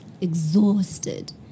exhausted